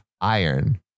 iron